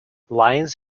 lines